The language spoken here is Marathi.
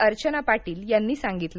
अर्चना पाटील यांनी सांगितलं